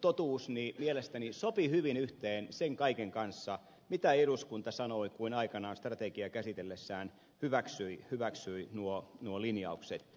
totuus mielestäni sopii hyvin yhteen sen kaiken kanssa mitä eduskunta sanoi kun aikanaan strategiaa käsitellessään hyväksyi nuo linjaukset